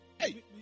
Hey